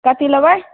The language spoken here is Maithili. कथी लेबै